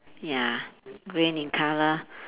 ya green in colour